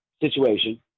situation